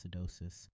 acidosis